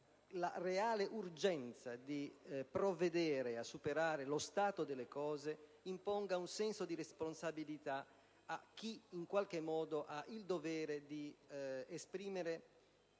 la reale urgenza di provvedere a superare lo stato delle cose imponga un senso di responsabilità a chi in qualche modo ha il dovere di esprimere